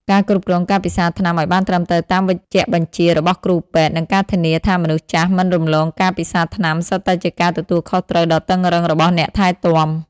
ការគ្រប់គ្រងការពិសាថ្នាំឱ្យបានត្រឹមត្រូវតាមវេជ្ជបញ្ជារបស់គ្រូពេទ្យ និងការធានាថាមនុស្សចាស់មិនរំលងការពិសាថ្នាំ សុទ្ធតែជាការទទួលខុសត្រូវដ៏តឹងរ៉ឹងរបស់អ្នកថែទាំ។